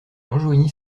rejoignit